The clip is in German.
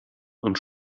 und